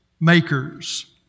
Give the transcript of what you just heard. makers